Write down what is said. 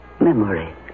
memory